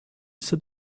said